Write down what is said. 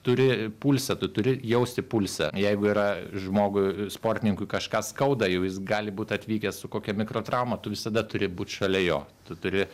turi pulsą tu turi jausti pulsą jeigu yra žmogui sportininkui kažką skauda jau jis gali būt atvykęs su kokia mikrotrauma tu visada turi būt šalia tu turi